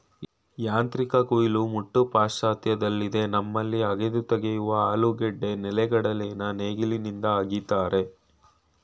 ಯಾಂತ್ರಿಕ ಕುಯಿಲು ಮುಟ್ಟು ಪಾಶ್ಚಾತ್ಯದಲ್ಲಿದೆ ನಮ್ಮಲ್ಲಿ ಅಗೆದು ತೆಗೆಯುವ ಆಲೂಗೆಡ್ಡೆ ನೆಲೆಗಡಲೆನ ನೇಗಿಲಿಂದ ಅಗಿತಾರೆ